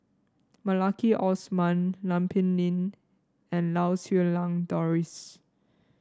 Maliki Osman Lam Pin Min and Lau Siew Lang Doris